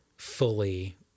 fully